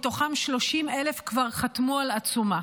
מתוכם 30,000 כבר חתמו על עצומה.